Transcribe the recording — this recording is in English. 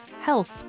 health